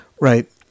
Right